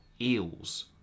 eels